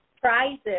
prizes